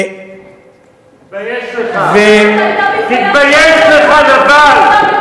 תתבייש לך, נבל.